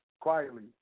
quietly